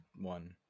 one